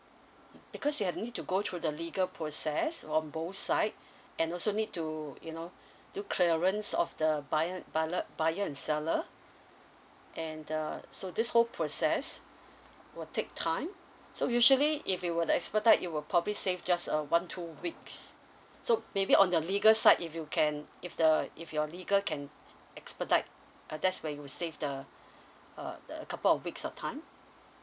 because you need to go through the legal process of both side and also need to you know do clearance of the buyer buy le~ buyer and seller and uh so this whole process will take time so usually if you would expedite it will probably save just uh one two weeks so maybe on your legal side if you can if the if your legal can expedite uh that's where you save the uh a couple of weeks of time